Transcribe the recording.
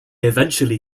eventually